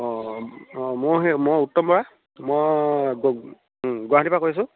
অঁ অঁ মই সেই মই উত্তম বৰা মই প গুৱাহাটীৰ পৰা কৈ আছোঁ